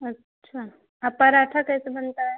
अच्छा और पराठा कैसे बनता है